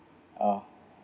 oh